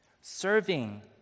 Serving